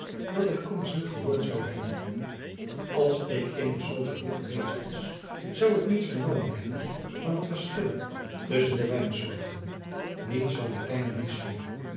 dat ik anders niet gehoord zou hebben ls ik immers zoo stroef geweest was zou ik niets vernomen hebben van het verschil tusschen de wijnsoorten niets van de klei